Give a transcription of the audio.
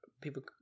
people